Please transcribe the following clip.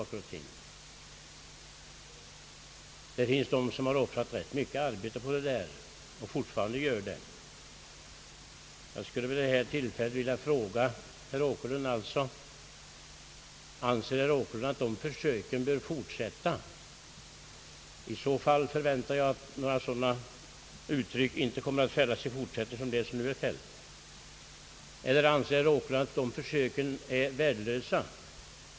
Det finns de som har offrat rätt mycket arbete på det och fortfarande gör det. Jag skulle vid detta tillfälle vilja fråga herr Åkerlund: Anser han att dessa försök bör fortsätta? I så fall förväntar jag att några sådana uttryck inte kommer att fällas i fortsättningen. Eller anser herr Åkerlund att dessa försök är värdelösa?